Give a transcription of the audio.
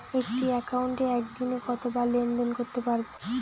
একটি একাউন্টে একদিনে কতবার লেনদেন করতে পারব?